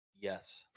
Yes